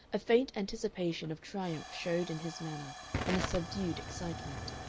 a faint anticipation of triumph showed in his manner and a subdued excitement.